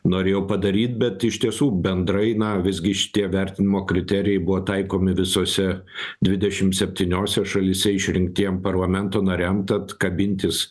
norėjau padaryt bet iš tiesų bendrai na visgi šitie vertinimo kriterijai buvo taikomi visose dvidešimt septyniose šalyse išrinktiem parlamento nariam tad kabintis